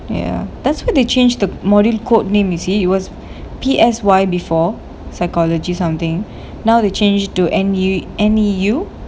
ya that's why they changed the module code name you see was P_S_Y before psychology something now they change to N_U_N_E_U